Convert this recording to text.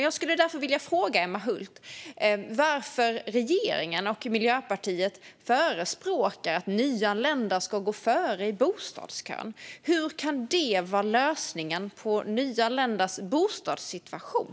Jag skulle därför vilja fråga Emma Hult varför regeringen och Miljöpartiet förespråkar att nyanlända ska gå före i bostadskön. Hur kan det vara lösningen på nyanländas bostadssituation?